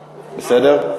בסדר?